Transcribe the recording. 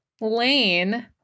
Lane